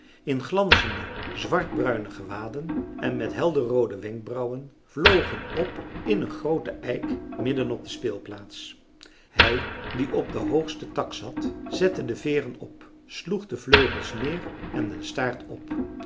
in glanzende zwartbruine gewaden en met helderroode wenkbrauwen vlogen op in een grooten eik midden op de speelplaats hij die op den hoogsten tak zat zette de veeren op sloeg de vleugels neer en den staart op